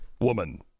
woman